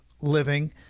living